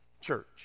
church